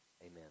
amen